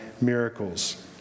miracles